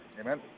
Amen